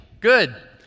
good